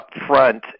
upfront